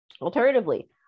alternatively